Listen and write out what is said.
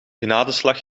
genadeslag